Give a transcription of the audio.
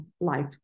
life